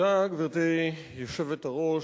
גברתי היושבת-ראש,